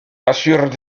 assurent